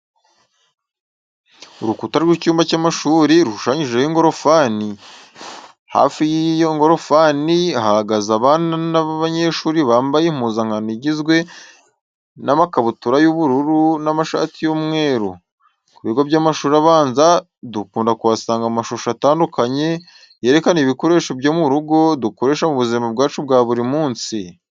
Urukuta rw'icyumba cy'amashuri rushushanyijeho ingorofani, hafi y'iyo ngorofani hahagaze abana b'abanyeshuri bambaye impuzankano igizwe n'amakabutura y'ubururu n'amashati y'umweru. Ku bigo by'amashuri abanza dukunda kuhasanga amashusho atandukanye yerekana ibikoresho byo mu rugo dukoresha mu buzima bwacu bwa buri munsi.